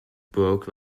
broke